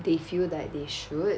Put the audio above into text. they feel that they should